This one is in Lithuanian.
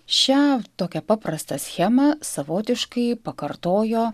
šią tokią paprastą schemą savotiškai pakartojo